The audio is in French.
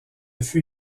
fut